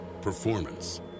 performance